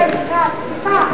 כן, קצת, טיפה.